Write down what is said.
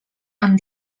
amb